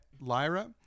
Lyra